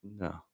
no